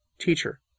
Teacher